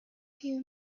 pure